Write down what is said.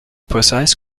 precise